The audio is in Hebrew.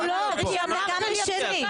הם יצטרכו להיות פה גם ביום ראשון וגם ביום שני.